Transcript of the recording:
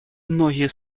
многие